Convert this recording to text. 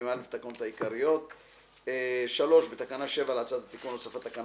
580א לתקנות העיקריות); (3) בתקנה 7 להצעת התיקון הוספת תקנה